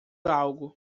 algo